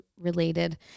related